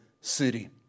city